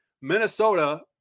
Minnesota